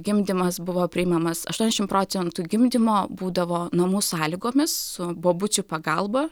gimdymas buvo priimamas aštuoniasdešimt procentų gimdymo būdavo namų sąlygomis su bobučių pagalba